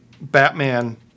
Batman